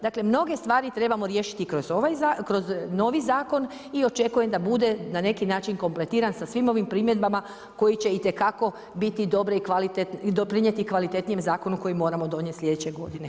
Dakle mnoge stvari trebamo riješiti kroz novi zakon i očekujem da bude na neki način kompletiran sa svim ovim primjedbama koji će itekako biti doprinijeti kvalitetnijem zakonu koji moramo donijeti sljedeće godine.